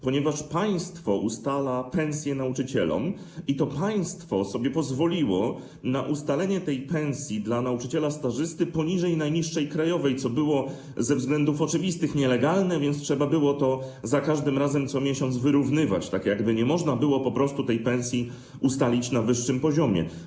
Państwo ustala pensje nauczycielom i to państwo sobie pozwoliło na ustalenie takiej pensji dla nauczyciela stażysty, poniżej najniższej krajowej, co było z oczywistych względów nielegalne, więc trzeba było to za każdym razem, co miesiąc, wyrównywać, tak jakby nie można było po prostu tej pensji ustalić na wyższym poziomie.